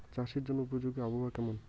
চাষের জন্য উপযোগী আবহাওয়া কেমন?